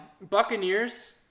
Buccaneers